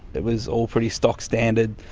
it was all pretty stock-standard,